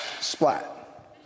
splat